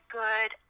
good